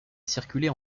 circuler